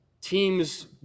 teams